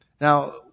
Now